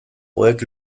oheak